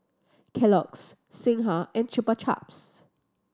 Kellogg's Singha and Chupa Chups